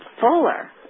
fuller